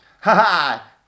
haha